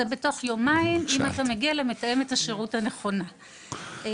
במידה ואתה מגיע למתאמת השירות הנכונה,